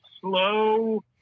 slow